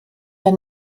der